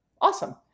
Awesome